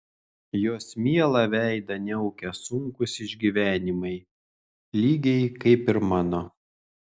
jos mielą veidą niaukia sunkūs išgyvenimai lygiai kaip ir mano